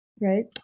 right